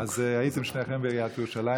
הייתם שניכם בעיריית ירושלים.